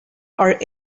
are